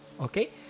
Okay